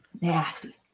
nasty